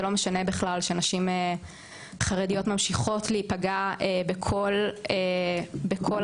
זה לא משנה בכלל שנשים חרדיות ממשיכות להיפגע בכל ערכאה,